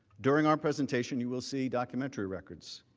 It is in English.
during our presentation, you will see documentary records